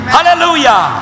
Hallelujah